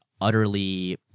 utterly